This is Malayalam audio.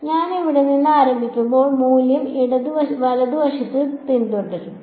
ഞാൻ ഇവിടെ നിന്ന് ആരംഭിക്കുമ്പോൾ മൂല്യം വലതുവശത്ത് പിന്തുടരും